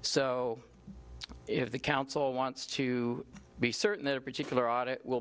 so if the council wants to be certain that a particular audit will